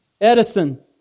Edison